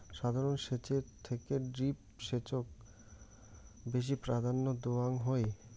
সাধারণ সেচের থেকে ড্রিপ সেচক বেশি প্রাধান্য দেওয়াং হই